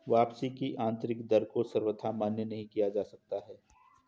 वापसी की आन्तरिक दर को सर्वथा मान्य नहीं किया जा सकता है